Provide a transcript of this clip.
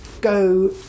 go